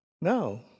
No